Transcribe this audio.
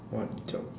what job